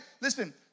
listen